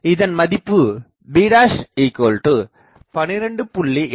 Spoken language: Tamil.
இதன் மதிப்புb 12